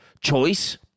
Choice